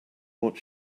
what